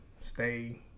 stay